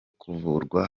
kuvurwa